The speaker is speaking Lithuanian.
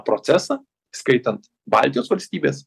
procesą įskaitant baltijos valstybes